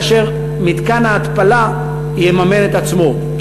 כאשר מתקן ההתפלה יממן את עצמו,